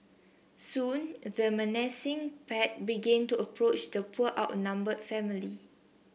soon the menacing pack began to approach the poor outnumbered family